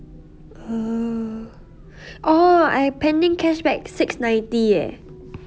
err oh I pending cashback six ninety eh